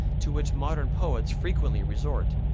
to which modern poets frequently resort.